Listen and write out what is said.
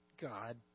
God